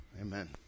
Amen